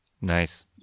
nice